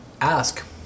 Ask